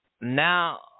Now